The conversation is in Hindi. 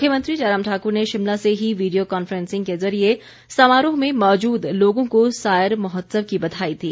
मुख्यमंत्री जयराम ठाकर ने शिमला से ही वीडियो कॉनफ्रेंसिंग के जरिए समारोह में मौजूद लोगों को सायर महोत्सव की बधाई दी